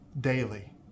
daily